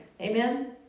Amen